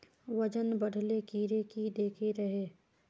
वजन बढे ले कीड़े की देके रहे?